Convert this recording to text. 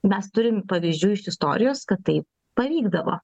mes turim pavyzdžių iš istorijos kad tai pavykdavo